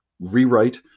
rewrite